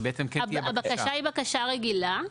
הבקשה היא בקשה רגילה.